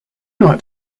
not